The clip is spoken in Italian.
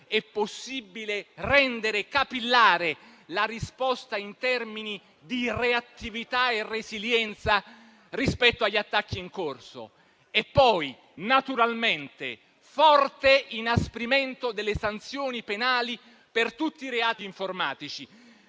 è possibile rendere capillare la risposta in termini di reattività e resilienza rispetto agli attacchi in corso, e poi, naturalmente, un forte inasprimento delle sanzioni penali per tutti i reati informatici.